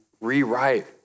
rewrite